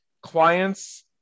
clients